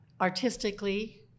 artistically